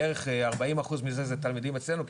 בערך 40 אחוז מזה זה תלמידים אצלנו,